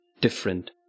different